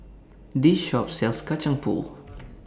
This Shop sells Kacang Pool